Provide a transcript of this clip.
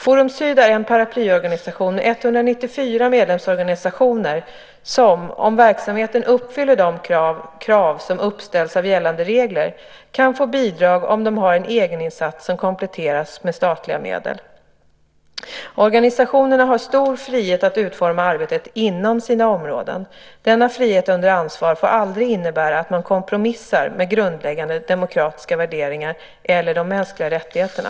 Forum Syd är en paraplyorganisation med 194 medlemsorganisationer som - om verksamheten uppfyller de krav som uppställs av gällande regler - kan få bidrag om de har en egeninsats som kompletteras med statliga medel. Organisationerna har stor frihet att utforma arbetet inom sina områden. Denna frihet under ansvar får aldrig innebära att man kompromissar med grundläggande demokratiska värderingar eller de mänskliga rättigheterna.